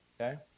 okay